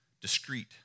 discreet